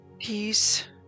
Peace